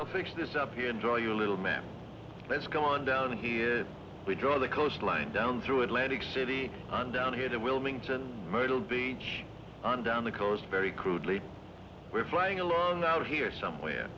fix this up here enjoy your little man let's go on down here we draw the coastline down through atlantic city on down here to wilmington myrtle beach on down the coast very crudely we're flying along out here somewhere